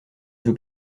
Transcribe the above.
veux